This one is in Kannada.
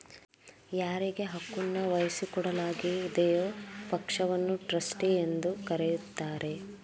ಯಾರಿಗೆ ಹಕ್ಕುನ್ನ ವಹಿಸಿಕೊಡಲಾಗಿದೆಯೋ ಪಕ್ಷವನ್ನ ಟ್ರಸ್ಟಿ ಎಂದು ಕರೆಯುತ್ತಾರೆ